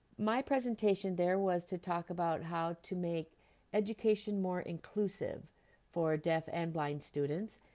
my presentation there was to talk about how to make education more inclusive for deaf and blind students,